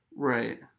Right